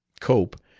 cope,